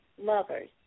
lovers